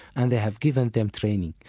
and they have given them training,